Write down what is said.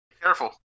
Careful